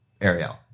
ariel